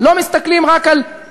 הרי אני לא מדבר עכשיו על אותו